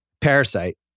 Parasite